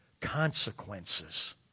consequences